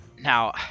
now